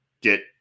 Get